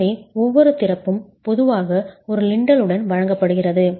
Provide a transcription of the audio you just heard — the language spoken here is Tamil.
எனவே ஒவ்வொரு திறப்பும் பொதுவாக ஒரு லிண்டலுடன் வழங்கப்படுகிறது